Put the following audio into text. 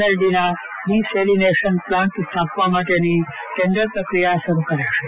L D ના desalination plant સ્થાપવા માટેની ટેન્ડર પ્રકિયા શરૂ કરાશે